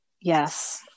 Yes